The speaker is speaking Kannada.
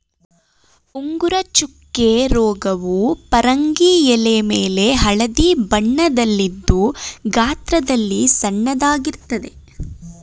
ಉಂಗುರ ಚುಕ್ಕೆ ರೋಗವು ಪರಂಗಿ ಎಲೆಮೇಲೆ ಹಳದಿ ಬಣ್ಣದಲ್ಲಿದ್ದು ಗಾತ್ರದಲ್ಲಿ ಸಣ್ಣದಾಗಿರ್ತದೆ